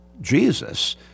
Jesus